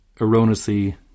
erroneously